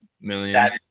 millions